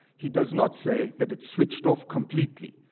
he does not say that it's switched off completely.